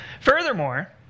Furthermore